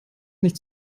nicht